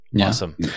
Awesome